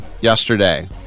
yesterday